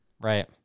Right